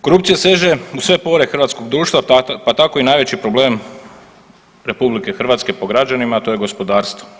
Korupcija seže u sve pore hrvatskog društva pa tako i najveći problem RH po građanima a to je gospodarstvo.